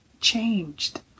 changed